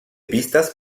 pistas